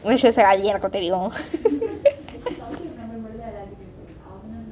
then she was like எனக்கு தெரியும்:enakku theriyum